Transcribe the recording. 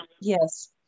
Yes